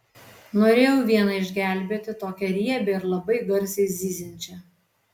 norėjau vieną išgelbėti tokią riebią ir labai garsiai zyziančią